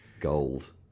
gold